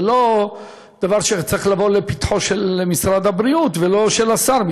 זה לא דבר שצריך לבוא לפתחו של משרד הבריאות או של השר,